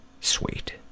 sweet